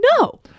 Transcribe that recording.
No